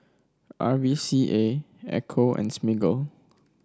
R V C A Ecco and Smiggle